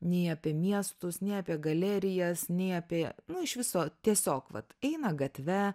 nei apie miestus nei apie galerijas nei apie nu iš viso tiesiog vat eina gatve